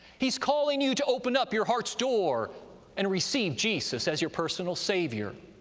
he's calling you to open up your heart's door and receive jesus as your personal savior.